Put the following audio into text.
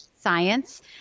science